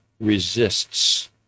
resists